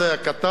הקטן,